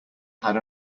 had